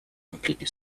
completely